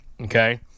okay